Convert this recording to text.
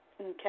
Okay